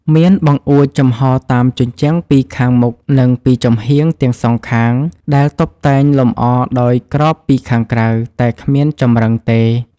មានបង្អួចចំហតាមជញ្ជាំងពីខាងមុខនិងពីចំហៀងទាំងសងខាង ដែលតុបតែងលម្អដោយក្របពីខាងក្រៅ តែគ្មានចម្រឹងទេ។